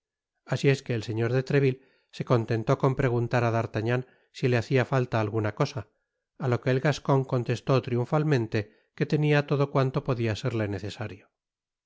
asi es que el señor de treville se contentó con preguntar á d'artagnan si le hacia falta alguna cosa á lo que el gascon contestó triunfalmente que tenia todo cuanto podia serle necesario la